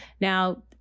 Now